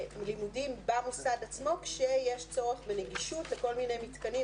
לימודים במוסד עצמו כשיש צורך בנגישות לכל מיני מתקנים.